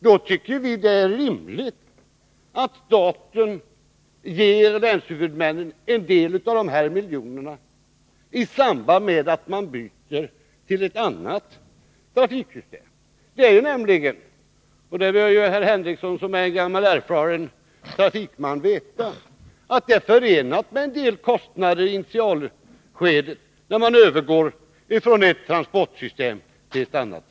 Då tycker vi att det är rimligt att staten ger länshuvudmännen en del av dessa miljoner i samband med att man byter till ett annat trafiksystem. Det är nämligen så — och det bör Sven Henricsson som är en gammal erfaren trafikman veta — att det är förenat med en del kostnader i initialskedet, när man övergår från ett trafiksystem till ett annat.